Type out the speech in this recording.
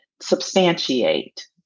substantiate